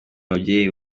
mubyeyi